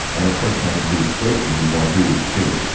and of course, planting trees is great. we need more trees, too.